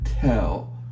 tell